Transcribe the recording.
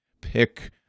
pick